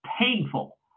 painful